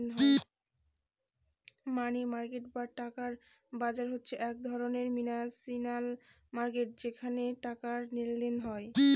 মানি market বা টাকার বাজার হচ্ছে এক ধরনের ফিনান্সিয়াল মার্কেট যেখানে টাকার লেনদেন হয়